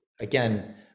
Again